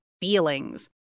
feelings